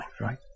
right